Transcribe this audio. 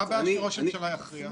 מה הבעיה שראש הממשלה יכריע?